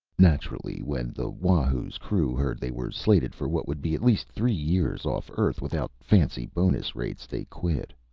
naturally, when the wahoo's crew heard they were slated for what would be at least three years off earth without fancy bonus rates, they quit.